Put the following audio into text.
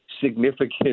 significant